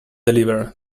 deliver